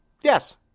yes